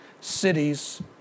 cities